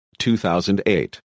2008